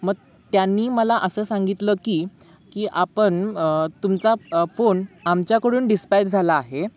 मग त्यांनी मला असं सांगितलं की की आपण तुमचा फोन आमच्याकडून डिस्पॅच झाला आहे